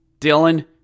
Dylan